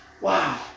Wow